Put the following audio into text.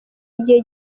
igihe